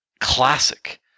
classic